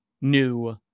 new